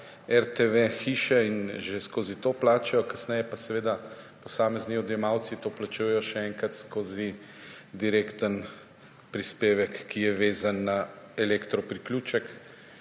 RTV hiše in že skozi to plačajo, kasneje pa seveda posamezni odjemalci to plačujejo še enkrat skozi direkten prispevek, ki je vezan na elektro priključek,